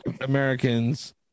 Americans